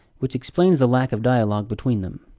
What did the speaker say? which explains the lack of dialogue between them.